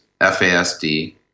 FASD